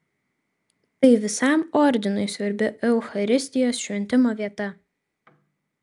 tai visam ordinui svarbi eucharistijos šventimo vieta